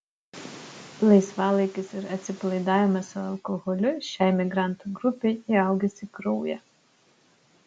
laisvalaikis ir atsipalaidavimas su alkoholiu šiai migrantų grupei įaugęs į kraują